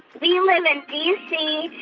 we live in d c.